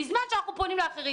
בזמן שאנחנו פונים לאחרים,